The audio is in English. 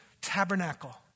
tabernacle